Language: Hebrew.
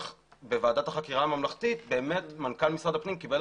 בוועדת החקירה הממלכתית מנכ"ל משרד הפנים קיבל